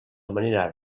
manera